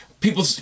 people